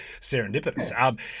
serendipitous